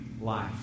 life